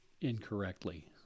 incorrectly